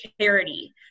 charity